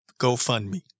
GoFundMe